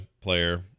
player